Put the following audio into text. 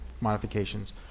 modifications